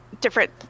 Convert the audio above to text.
different